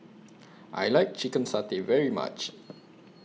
I like Chicken Satay very much